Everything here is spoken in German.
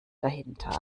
dahinter